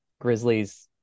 Grizzlies